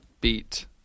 beat